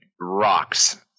rocks